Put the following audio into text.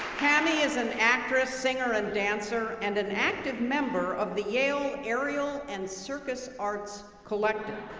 cami is an actress, singer, and dancer and an active member of the yale aerial and circus arts collective.